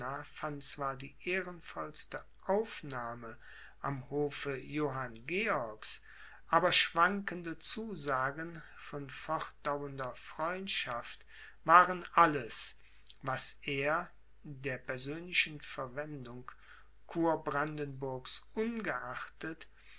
fand zwar die ehrenvollste aufnahme am hofe johann georgs aber schwankende zusagen von fortdauernder freundschaft waren alles was er der persönlichen verwendung kurbrandenburgs ungeachtet